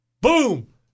Boom